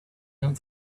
and